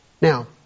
Now